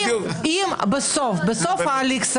בסוף ההליך,